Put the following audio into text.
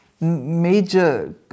major